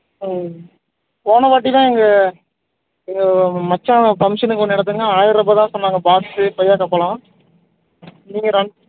ம் போனவாட்டி தான் எங்கள் எங்கள் மச்சான் ஃபங்க்ஷன்னு நடந்துங்க ஆய்ரரூவா தான் சொன்னாங்க பாக்ஸ்ஸு கொய்யாக்கா பழம் நீங்கள்